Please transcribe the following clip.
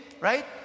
right